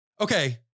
Okay